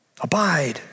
Abide